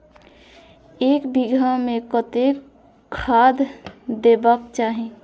एक बिघा में कतेक खाघ देबाक चाही?